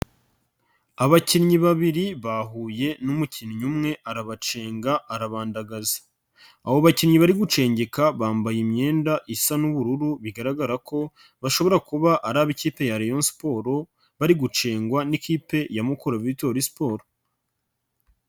Abakinnyi babiri bahuye n'umukinnyi umwe arabacenga arabandagaza. Abo bakinnyi bari gucengeka bambaye imyenda isa n'ubururu bigaragara ko bashobora kuba ari ab'ikipe ya Rayon sport, bari gucengwa n'ikipe ya mukuru Victory sport.